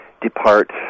depart